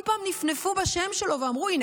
כל פעם נפנפו בשם שלו ואמרו: הינה,